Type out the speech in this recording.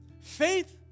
Faith